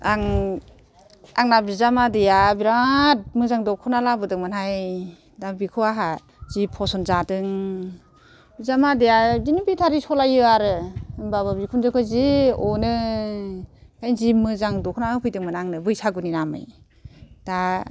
आं आंनि बिजामादैया बिराद मोजां दखना लाबोदोंमोनहाय दा बेखौ आंहा जि फसन्द जादों बिजामादैया बिदिनो बेटारि सलायो आरो होनबाबो बिखुनजोखौ जि अनो ओंखायनो जि मोजां दखना होफैदोंमोन आंनो बैसागुनि नामै दा